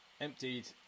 emptied